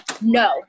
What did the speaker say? No